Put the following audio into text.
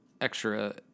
extra